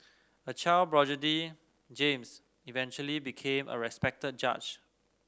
a child James eventually became a respected judge